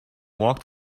walked